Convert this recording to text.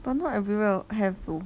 but not everywhere will have though